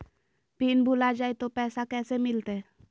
Pin भूला जाई तो पैसा कैसे मिलते?